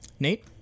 Nate